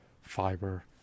fiber